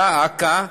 דא עקא,